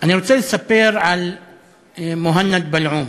אני רוצה לספר על מוהנד בלעום,